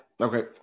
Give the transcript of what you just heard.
okay